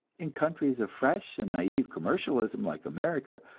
in countries of fresh and naive commercialism, like america,